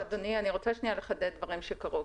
המושך או של בעל החשבון והחובה הזאת עוברת לחול על הבנק הקולט.